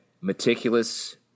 meticulous